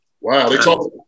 Wow